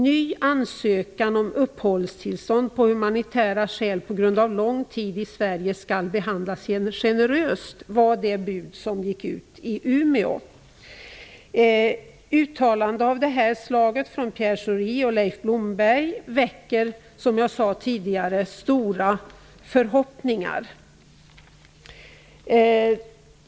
Ny ansökan om uppehållstillstånd av humanitära skäl på grund av lång tid i Sverige skall behandlas generöst, var det bud som gick ut i Uttalanden av detta slag från Pierre Schori och Leif Blomberg väcker, som jag tidigare sade, stora förhoppningar.